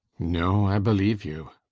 no, i believe you.